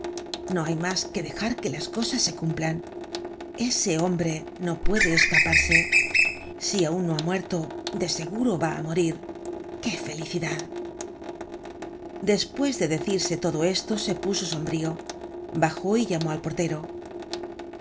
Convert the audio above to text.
no hay mas que dejar que las cosas se cumplan ese hombre no puede escaparse si aun no ha muerto de seguro va á morir qué felicidad despues de decirse todo esto se puso sombrío bajó y llamó al porteror